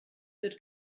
wird